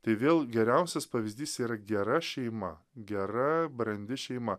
tai vėl geriausias pavyzdys yra gera šeima gera brandi šeima